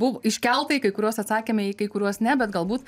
buvo iškelta į kuriuos atsakėme į kai kuriuos ne bet galbūt